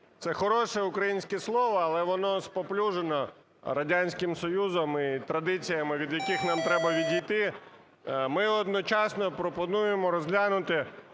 Це хороше українське слово, але воно спаплюжене Радянським Союзом і традиціями, від яких нам треба відійти. Ми одночасно пропонуємо розглянути